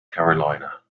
carolina